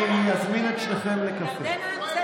אני אזמין את שניכם לקפה.